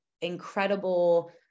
incredible